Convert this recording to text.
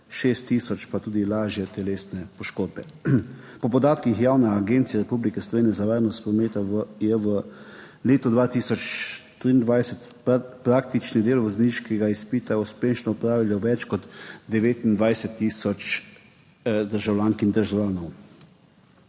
6 tisoč pa tudi lažje telesne poškodbe. Po podatkih Javne agencije Republike Slovenije za varnost prometa je v letu 2023 praktični del vozniškega izpita uspešno opravilo več kot 29 tisoč državljank in državljanov,